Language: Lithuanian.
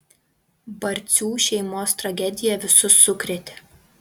barcių šeimos tragedija visus sukrėtė